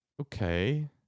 Okay